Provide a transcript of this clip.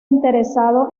interesado